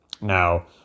Now